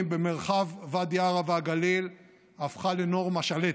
במרחב ואדי עארה והגליל הפכה לנורמה שלטת.